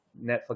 Netflix